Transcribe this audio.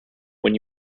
when